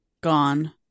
gone